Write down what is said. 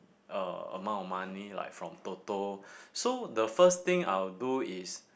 uh amount of money like from Toto so the first thing I would do is